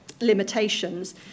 limitations